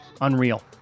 unreal